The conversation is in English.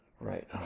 right